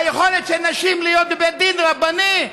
היכולת של נשים להיות בבית דין רבני.